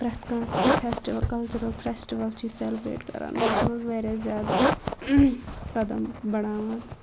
پرٮ۪تھ کانٛسہِ festival cultural festival چھِ سیٚلبریٹ کرانَس منٛز واریاہ زیادٕ قدم بڈاوان